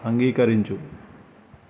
అంగీకరించు